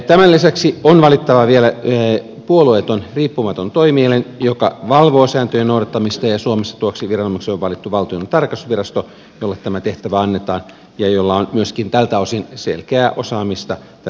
tämän lisäksi on valittava vielä puolueeton riippumaton toimielin joka valvoo sääntöjen noudattamista ja suomessa tuoksi viranomaiseksi on valittu valtiontalouden tarkastusvirasto jolle tämä tehtävä annetaan ja jolla on myöskin tältä osin selkeää osaamista tässä suhteessa